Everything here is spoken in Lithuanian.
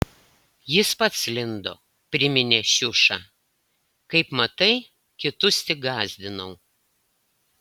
jis pats lindo priminė šiuša kaip matai kitus tik gąsdinau